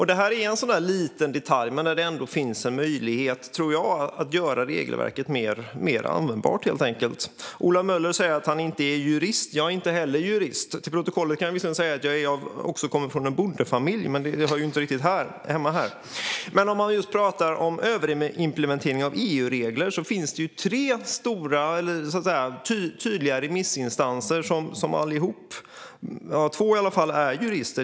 Det här är en liten detalj. Men det finns ändå en möjlighet här, tror jag, att göra regelverket mer användbart. Ola Möller säger att han inte är jurist. Jag är inte heller jurist. För protokollet kan jag säga att jag också kommer från en bondefamilj. Men det hör inte riktigt hit. När det gäller överimplementering av EU-regler finns det tre remissinstanser, av vilka i alla fall två är jurister, som tydligt säger att det här är en överimplementering av EU-direktivet.